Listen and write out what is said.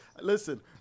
listen